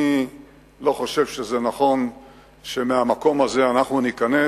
אני לא חושב שזה נכון שלמקום הזה אנחנו ניכנס.